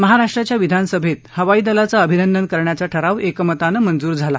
महाराष्ट्राच्या विधानसभेत हवाई दलाचं अभिनंदन करण्याचा ठराव एकमतानं मंजूर झाला